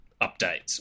updates